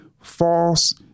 false